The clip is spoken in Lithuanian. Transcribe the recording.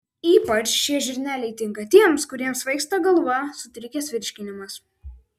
ypač šie žirneliai tinka tiems kuriems svaigsta galva sutrikęs virškinimas